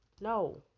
No